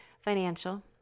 Financial